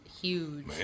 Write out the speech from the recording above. huge